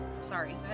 Sorry